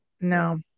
No